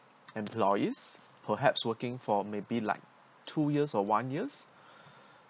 employees perhaps working for maybe like two years or one years